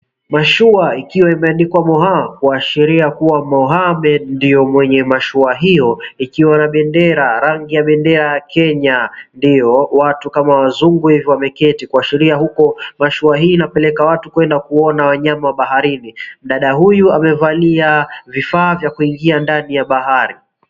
Mashua ikiwa imeandikwa Moha kuashiria kuwa Mohammed ndio mwenye mashua hio ikiwa na bendera, rangi ya bendera ya Kenya ndio watu kama wazungu hivyo wameketi kuashiria huko mashua hii inapeleka watu kuenda kuona wanyama wa baharini. Mdada huyu amevalia vifaa vya kuingia ndani ya bahari.